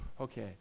Okay